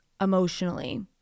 emotionally